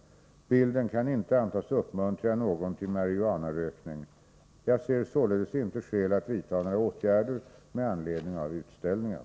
Bilden kan inte antas uppmuntra någon till marijuanarökning. Jag ser således inte skäl att vidta några åtgärder med anledning av utställningen.